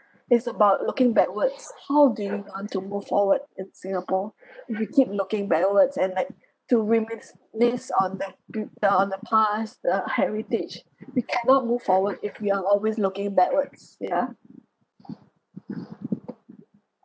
it's about looking backwards how do you want to move forward in singapore if you keep looking backwards and like to remix this on the the on the past the heritage we cannot move forward if we are always looking backwards ya